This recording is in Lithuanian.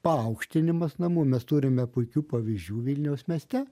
paaukštinimas namų mes turime puikių pavyzdžių vilniaus mieste